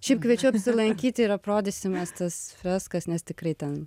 šiaip kviečiu apsilankyti ir aprodysim mes tas freskas nes tikrai ten